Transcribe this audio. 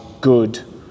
good